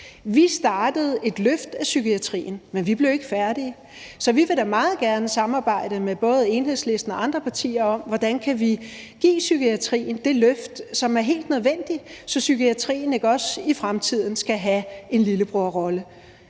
Vi startede et løft af psykiatrien, men vi blev ikke færdige, så vi vil da meget gerne samarbejde med både Enhedslisten og andre partier om, hvordan vi kan give psykiatrien det løft, som er helt nødvendigt, så psykiatrien ikke også i fremtiden skal have en lillebrorrolle.